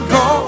go